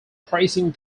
praising